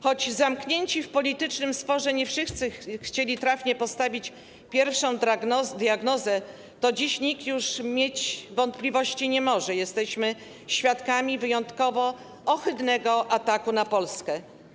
Choć zamknięci w politycznym sporze nie wszyscy chcieli trafnie postawić pierwszą diagnozę, to dziś nikt już mieć wątpliwości nie może - jesteśmy świadkami wyjątkowo ohydnego ataku na Polskę.